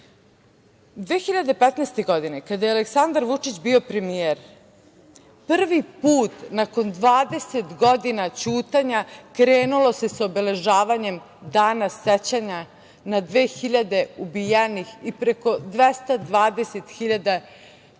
2015. kada je Aleksandar Vučić bio premijer prvi put nakon 20 godina ćutanja krenulo se sa obeležavanjem Dana sećanja na 2.000 ubijenih i preko 220.000 proteranih